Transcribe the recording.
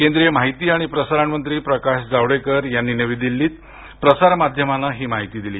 केंद्रीय माहिती आणि प्रसारण मंत्री प्रकाश जावडेकर यांनी नवी दिल्लीत प्रसार माध्यमांना ही माहिती दिली